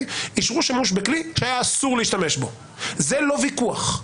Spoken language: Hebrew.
אישרו שימוש בכלי שהיה אסור להשתמש בו זה לא ויכוח.